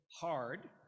hard